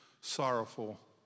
sorrowful